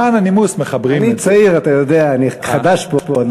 למען הנימוס, אני צעיר, אתה יודע, אני חדש פה.